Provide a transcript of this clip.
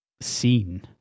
seen